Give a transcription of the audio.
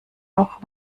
auch